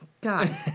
God